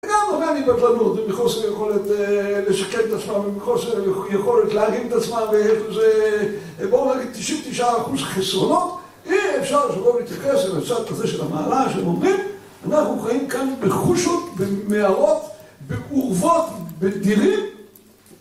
גם אני בפנות, אני בכל זאת יכולת לשקם את עצמם, אני בכל זאת יכולת להרים את עצמם , איך זה, בואו נגיד 99% חסרונות אי אפשר שלא להתחייחס לצד כזה של המעלה, שאומרים אנחנו חיים כאן בחושות, במערות, בעורבות, בדירים